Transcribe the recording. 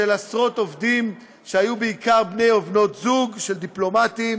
של עשרות עובדים שהיו בעיקר בני או בנות זוג של דיפלומטים,